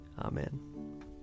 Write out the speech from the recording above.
amen